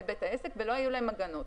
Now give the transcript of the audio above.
אל בית העסק ולא היו לו הגנות.